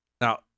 Now